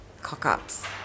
cock-ups